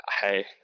hey